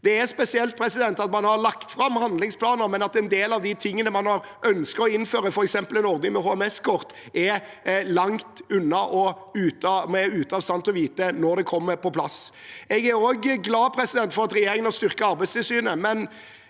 Det er spesielt at man har lagt fram handlingsplaner, men at en del av de tingene man har ønsket å innføre, f.eks. en ordning med HMS-kort, er langt unna, og vi er ute av stand til å vite når det kommer på plass. Jeg er også glad for at regjeringen har styrket Arbeidstilsynet, men